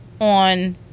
on